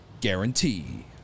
guarantee